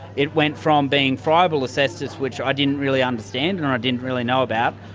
it went from being friable asbestos, which i didn't really understand and i didn't really know about,